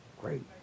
Great